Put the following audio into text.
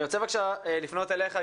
אני רוצה בבקשה לפנות אליך,